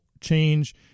change